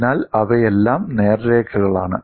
അതിനാൽ അവയെല്ലാം നേർരേഖകളാണ്